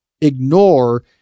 ignore